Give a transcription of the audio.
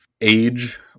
age